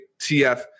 TF